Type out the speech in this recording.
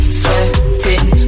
sweating